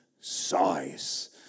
size